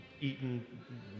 eaten